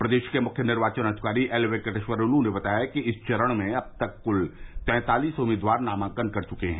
प्रदेश के मुख्य निर्वाचन अधिकारी एल वेंकटेश्वर लू ने बताया कि इस चरण में अब तक कुल तैंतालिस उम्मीदवार नामांकन कर चुके हैं